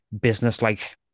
business-like